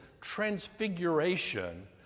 transfiguration